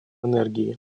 энергии